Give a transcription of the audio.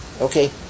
Okay